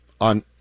on